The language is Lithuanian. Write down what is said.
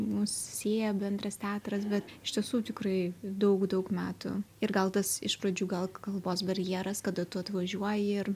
mus sieja bendras teatras bet iš tiesų tikrai daug daug metų ir gal tas iš pradžių gal kalbos barjeras kada tu atvažiuoji ir